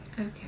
okay